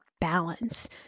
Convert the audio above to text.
balance